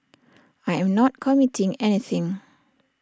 I am not committing anything